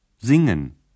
Singen